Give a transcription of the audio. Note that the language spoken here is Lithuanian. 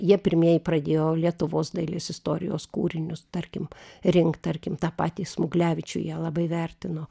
jie pirmieji pradėjo lietuvos dailės istorijos kūrinius tarkim rinkt tarkim tą patį smuglevičių jie labai vertino